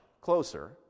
closer